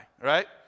right